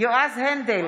יועז הנדל,